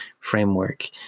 framework